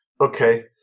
okay